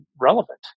relevant